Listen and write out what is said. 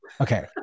okay